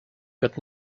got